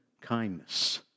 kindness